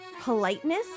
politeness